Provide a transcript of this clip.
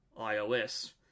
ios